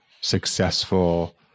successful